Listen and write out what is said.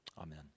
Amen